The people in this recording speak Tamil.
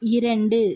இரண்டு